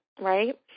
right